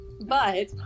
but-